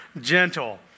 gentle